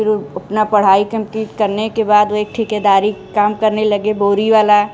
फिर उ अपना पढ़ाई कम्प्लीट करने के बाद वे एक ठेकेदारी काम करने लगे बोरी वाला